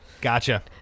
Gotcha